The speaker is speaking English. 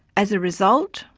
as a result,